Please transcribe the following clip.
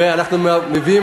אחרי זה אנחנו נלך?